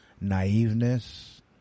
naiveness